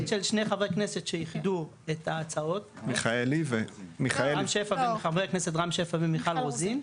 של שני חברי כנסת שאיחדו את ההצעות חבר כנסת רם שפע ומיכל רוזין,